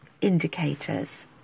indicators